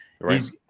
Right